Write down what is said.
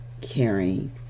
caring